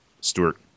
Stewart